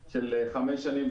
על חמש שנים,